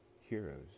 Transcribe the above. heroes